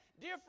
Dear